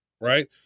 Right